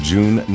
June